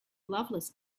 lovelace